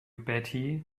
batty